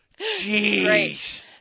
Jeez